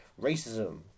Racism